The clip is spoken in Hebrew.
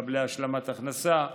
מקבלי השלמת הכנסה,